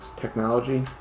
Technology